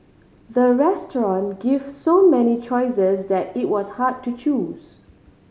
the restaurant gave so many choices that it was hard to choose